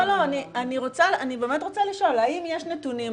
אני באמת רוצה לשאול האם יש נתונים.